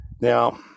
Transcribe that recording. Now